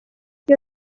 iyo